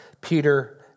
Peter